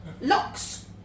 Locks